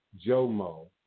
Jomo